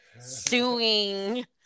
suing